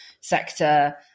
sector